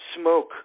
smoke